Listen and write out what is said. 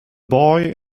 boy